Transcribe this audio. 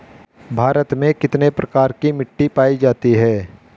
भारत में कितने प्रकार की मिट्टी पाई जाती हैं?